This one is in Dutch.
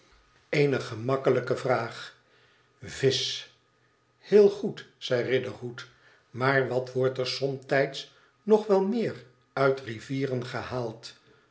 eene gemakkelijke vraag visch heel goed zei riderhood maar wat wordt er somtijds nog wel meer uit de rivieren gehaald